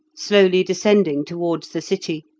slowly descending towards the city,